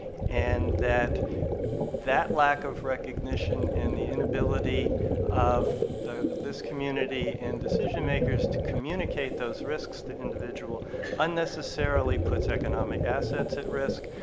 and that that lack of recognition and the inability of this community and decision makers to communicate those risks to individuals unnecessarily puts economic assets at risk,